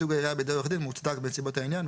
ייצוג העירייה בידי עורך דין מוצדק בנסיבות העניין,